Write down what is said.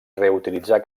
reutilitzar